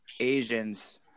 Asians